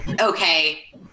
Okay